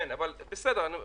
אנחנו בזום אאוט,